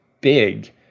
big